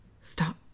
Stop